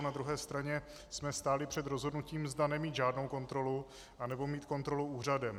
Na druhé straně jsme stáli před rozhodnutím, zda nemít žádnou kontrolu, anebo mít kontrolu úřadem.